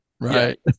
right